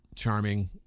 Charming